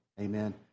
Amen